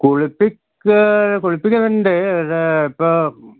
കുളിപ്പിക്കുന്നുണ്ട് ഇത് ഇപ്പോള്